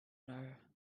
know